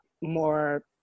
more